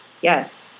yes